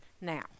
now